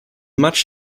much